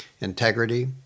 integrity